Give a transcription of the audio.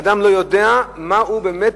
אדם לא יודע מה באמת,